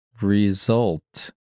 result